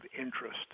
interest